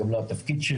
זה גם לא התפקיד שלי.